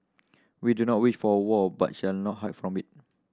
we do not wish for a war but shall not hide from it